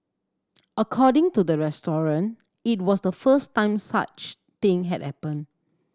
according to the restaurant it was the first time such thing had happened